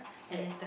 yes